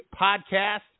podcast